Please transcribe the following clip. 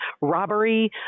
robbery